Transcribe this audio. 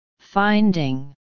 finding